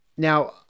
Now